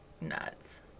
nuts